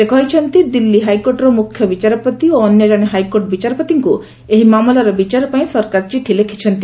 ସେ କହିଛନ୍ତି ଦିଲ୍ଲୀ ହାଇକୋର୍ଟର ମୁଖ୍ୟ ବିଚାରପତି ଓ ଅନ୍ୟଜଣେ ହାଇକୋର୍ଟ ବିଚାରପତିଙ୍କୁ ଏହି ମାମଲାରେ ବିଚାର ପାଇଁ ସରକାର ଚିଠି ଲେଖିଛନ୍ତି